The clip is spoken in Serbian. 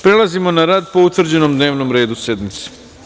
Prelazimo na rad po utvrđenom dnevnom redu sednice.